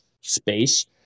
space